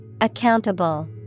Accountable